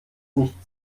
nicht